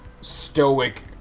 stoic